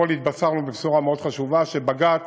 אתמול התבשרנו בשורה מאוד חשובה, שבג"ץ,